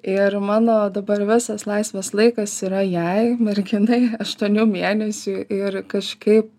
ir mano dabar visas laisvas laikas yra jai merginai aštuonių mėnesių ir kažkaip